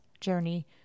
journey